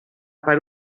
per